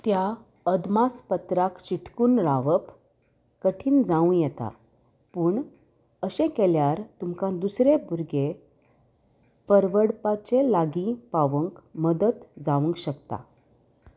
त्या अदमासपत्राक चिटकून रावप कठीण जावूं येता पूण अशें केल्यार तुमकां दुसरे भुरगे परवडपाचे लागीं पावंक मदत जावंक शकता